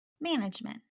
Management